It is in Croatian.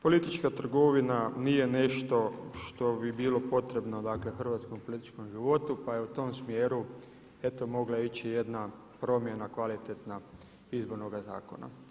Politička trgovina nije nešto što bi bilo potrebno hrvatskom političkom životu, pa je u tom smjeru eto mogla ići jedna promjena kvalitetna izbornoga zakona.